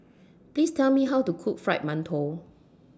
Please Tell Me How to Cook Fried mantou